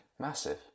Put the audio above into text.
Massive